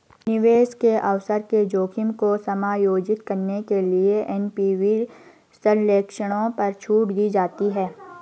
निवेश के अवसर के जोखिम को समायोजित करने के लिए एन.पी.वी विश्लेषणों पर छूट दी जाती है